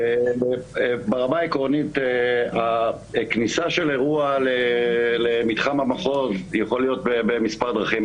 ברמה העקרונית הכניסה של אירוע למתחם המחוז יכול להיות במספר דרכים,